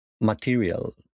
material